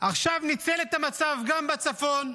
עכשיו הוא ניצל את המצב גם בצפון,